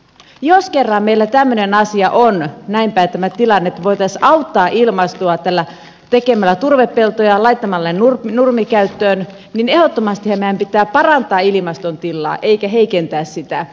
jos kerran meillä tämmöisessä asiassa on näin päin tämä tilanne että voitaisiin auttaa ilmastoa tekemällä turvepeltoja ja laittamalla ne nurmikäyttöön niin ehdottomastihan meidän pitää parantaa ilmaston tilaa eikä heikentää sitä